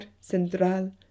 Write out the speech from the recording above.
central